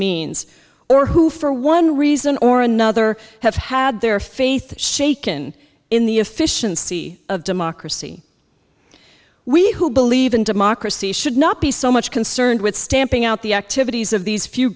means or who for one reason or another have had their faith shaken in the efficiency of democracy we who believe in democracy should not be so much concerned with stamping out the activities of these few